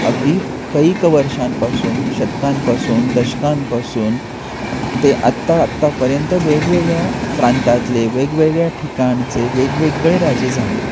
अगदी कैक वर्षांपासून शतकांपासून दशकांपासून ते आत्ता आत्तापर्यंत वेगवेगळ्या प्रांतातले वेगवेगळ्या ठिकाणचे वेगवेगळे राजे झाले